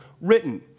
written